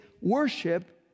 worship